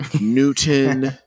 newton